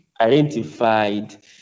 identified